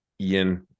Ian